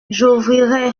j’ouvrirai